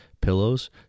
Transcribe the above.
pillows